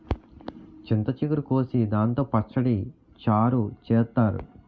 చింత చిగురు కోసి దాంతో పచ్చడి, చారు చేత్తారు